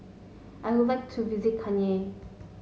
I would like to visit Cayenne